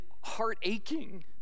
heart-aching